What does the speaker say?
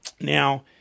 Now –